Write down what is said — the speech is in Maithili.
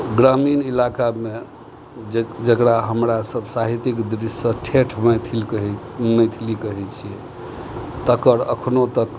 ग्रामीण इलाकामे जेकरा हमरा सभ साहित्यिक दृश्यसँ ठेठ मैथिल कहै मैथिली कहै छियै तकर अखनो तक